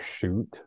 shoot